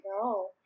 No